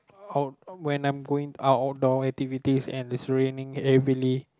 when I'm going out out door activities and it's raining heavily